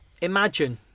imagine